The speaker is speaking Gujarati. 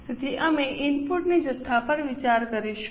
તેથી અમે ઇનપુટ જથ્થા પર વિચાર કરીશું